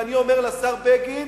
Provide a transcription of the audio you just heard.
ואני אומר לשר בגין,